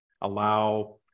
allow